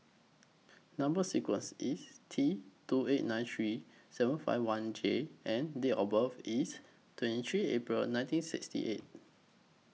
Number sequence IS T two eight nine three seven five one J and Date of birth IS twenty three April nineteen sixty eight